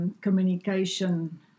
communication